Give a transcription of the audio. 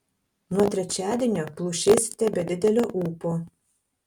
nuo trečiadienio plušėsite be didelio ūpo